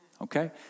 Okay